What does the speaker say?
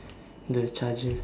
the charger